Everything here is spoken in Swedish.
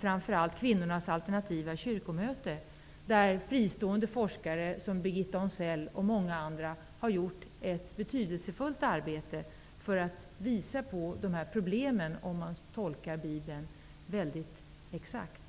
framför allt ifrån kvinnornas alternativa kyrkomöte. Fristående forskare som t.ex. Birgitta Onsell har gjort ett betydelsefullt arbete för att visa på problemen om man tolkar Bibeln väldigt exakt.